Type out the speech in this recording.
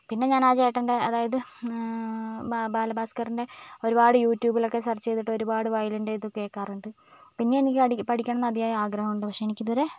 പിന്നെ ഞാനാ ചേട്ടൻ്റെ അതായത് ബാ ബാലഭാസ്കറിൻ്റെ ഒരുപാട് യൂട്യൂബിലൊക്കെ സർച്ച് ചെയ്തിട്ട് ഒരുപാട് വയലിൻ്റെ ഇത് കേൾക്കാറുണ്ട് പിന്നെ എനിക്ക് അടി പഠിക്കാനുള്ള അതിയായ ആഗ്രഹം ഉണ്ട് പക്ഷേ എനിക്ക് ഇതുവരെ